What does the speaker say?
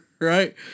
right